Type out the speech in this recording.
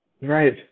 Right